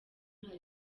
hari